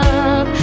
up